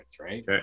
right